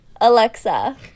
Alexa